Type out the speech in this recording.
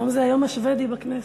היום זה היום השבדי בכנסת.